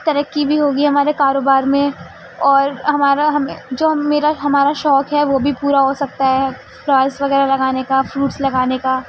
ترقی بھی ہوگی ہمارے کاروبار میں اور ہمارا ہم جو میرا ہمارا شوق ہے وہ بھی پورا ہو سکتا ہے فلارس وغیرہ لگانے کا فروٹس لگانے کا